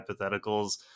hypotheticals